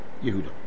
Yehuda